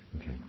Okay